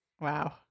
Wow